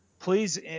Please